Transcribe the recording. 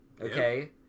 okay